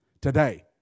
today